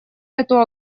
эту